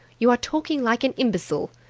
you are talking like an imbecile.